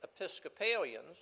Episcopalians